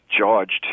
charged